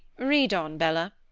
read on, bella.